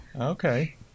Okay